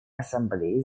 ассамблеи